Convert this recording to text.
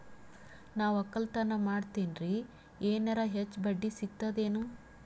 ನಾ ಒಕ್ಕಲತನ ಮಾಡತೆನ್ರಿ ಎನೆರ ಹೆಚ್ಚ ಬಡ್ಡಿ ಸಿಗತದೇನು?